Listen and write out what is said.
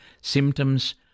Symptoms